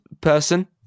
person